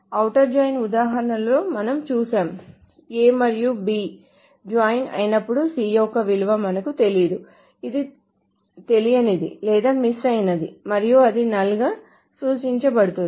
outer join ఉదాహరణలలో మనం చూశాము A మరియు B జాయిన్ అయినప్పుడు C యొక్క విలువ మనకు తెలియదు ఇది తెలియనిది లేదా మిస్ అయినది మరియు అది null గా సూచించబడుతుంది